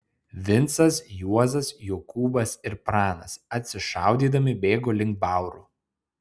vincas juozas jokūbas ir pranas atsišaudydami bėgo link baurų